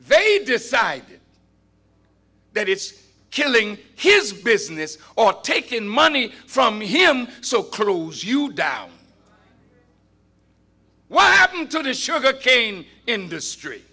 they decided that it's killing his business or taking money from him so close you down what happened to the sugarcane industry